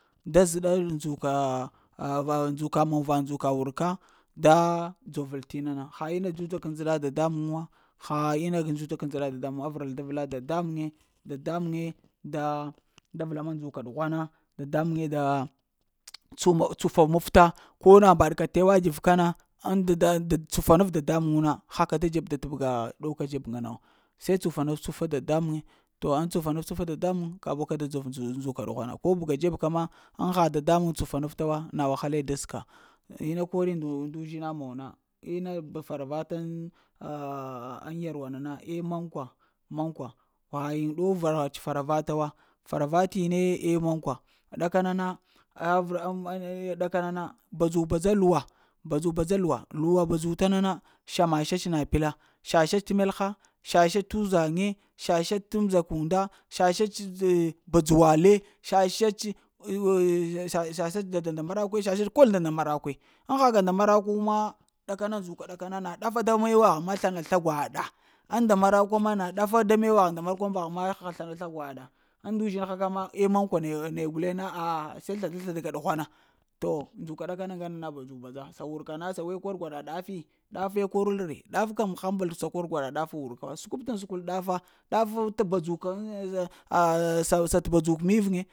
Da zəɗa ndzukaa ahva ndzuka muŋ va ndzuka wurka daa dzovəl tinana, ha ina dzuta k ndzəɗa dada muŋ wa ha ina dzota k ndzeda dada muŋ wa avərel da vla dada muŋ ye, dadamuŋ ye da da vlama ndzoka ɗughwana dadamuŋ ye da tsu’ tsufa muwafta ko na mbaɗ ka t'e wa t;ve kana e tsufa naf dadamuŋ wu na ha ka da dzeb da tabga dow ka da dzeb ŋga na wo se tsufa naf tsufa dada muŋ we to ŋ tsufa-naf-tsufa dada muŋ kabuwa ka da dzor ndzoka ɗughwa na ko bəga dzeb kana ŋ tsufa naf dadamuŋwa na wahale da s'ka ina kori nda-nda ndzuhina muwa na ina fara va ta ah ah ŋ yarwa na na əh mankwa, mankwa va haŋyiŋ ɗow va hats faravata wa fara vatine eh mankwa ɗaka na na ah am e ɗakana na badzu-badza luwa, badzu-badza luwa, luwa badzuta na na shama-sha sləna pəla shasha t'melha, shasha t’ uzaŋye, shasha t’ mzaka unda, shasha t eh badzuwale, shasha t eh shasha t unda nda marakwe nda kol unda nda marakwe, ko haka nda marakwu ma, ɗakana ndzuka ɗakana, na ɗafa da mewagh ma slana-sla gwaɗa, ŋ nda marakw ma na ɗafa da mewagh nda mur kwam mbah ma da haslana sla gwaɗa ŋndu zhinha ka ma eh mankwa na ya guleŋ na ah ah se slada-slada ka ɗugwana to ndzuka ɗakana ŋgana na badzu-badza, sa wurka na sa we kor gwaɗa ɗafi ɗafe korəl re ɗafa kam sa həmbol kor gwaɗa ɗafu warka səkwaptaŋ səkwul ɗafa ɗa t'badzukən ŋ ta sa t'badzok mivuŋe